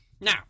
Now